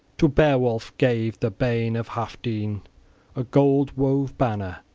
to beowulf gave the bairn of healfdene a gold-wove banner,